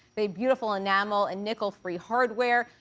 they're beautiful enamel and nickel free hardware.